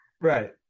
Right